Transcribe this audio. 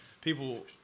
people